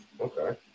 okay